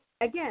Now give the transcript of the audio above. again